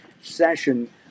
session